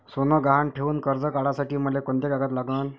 सोनं गहान ठेऊन कर्ज काढासाठी मले कोंते कागद लागन?